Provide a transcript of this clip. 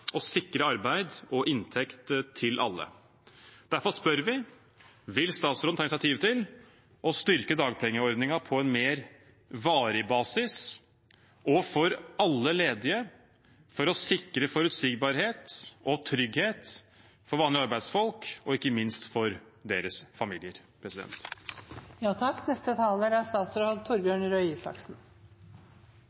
å sikre arbeid og inntekt til alle. Derfor spør vi: Vil statsråden ta initiativ til å styrke dagpengeordningen på en mer varig basis og for alle ledige for å sikre forutsigbarhet og trygghet for vanlige arbeidsfolk og ikke minst for deres familier? Først: Takk